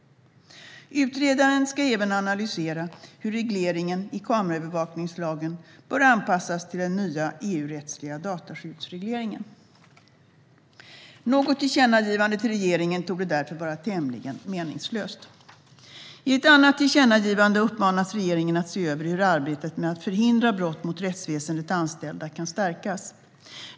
Utredaren ska även analysera hur regleringen i kameraövervakningslagen bör anpassas till den nya EU-rättsliga dataskyddsregleringen. Ett tillkännagivande till regeringen torde därför vara tämligen meningslöst. I ett annat förslag till tillkännagivande uppmanas regeringen att se över hur arbetet med att förhindra brott mot rättsväsendets anställda kan stärkas.